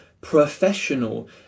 professional